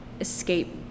escape